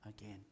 again